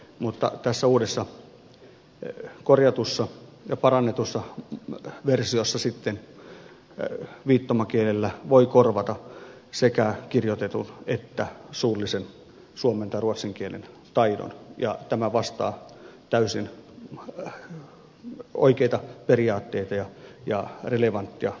mutta tässä uudessa korjatussa ja parannetussa versiossa sitten viittomakielellä voi korvata sekä kirjoitetun että suullisen suomen tai ruotsin kielen taidon ja tämä vastaa täysin oikeita periaatteita ja relevanttia kielipolitiikkaa